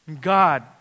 God